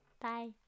bye